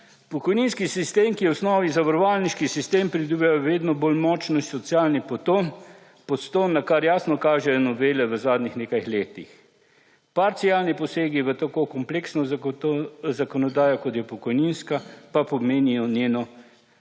Pokojninski sistem, ki je v osnovi zavarovalniški sistem, pridobiva vedno bolj močni socialni / nerazumljivo/, na kar jasno kažejo novele v zadnjih nekaj letih. Parcialni posegi v tako kompleksno zakonodajo, kot je pokojninska, pa pomenijo njeno